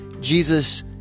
Jesus